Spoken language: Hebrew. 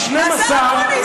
מ-12,